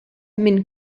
minn